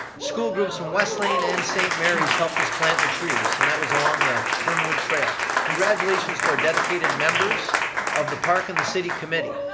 school groups in weslayan and st. mary's helped us plant the trees, and that was along the fernwood trail. congratulations to our dedicated members of the park and the city committee.